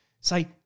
Say